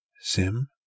Sim